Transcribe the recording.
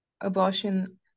abortion